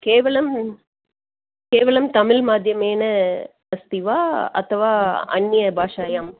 केवलं केवलं तमिल् माध्यमेन अस्ति वा अथवा अन्यभाषायां